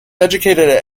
educated